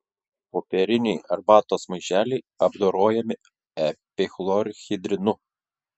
popieriniai arbatos maišeliai apdorojami epichlorhidrinu